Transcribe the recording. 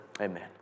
Amen